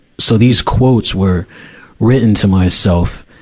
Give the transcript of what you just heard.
so these quotes were written to myself,